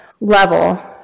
level